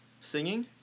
Singing